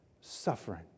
suffering